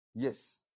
Yes